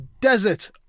desert